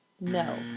No